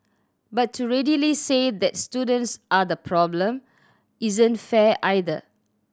but to readily say that students are the problem isn't fair either